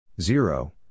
zero